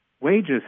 wages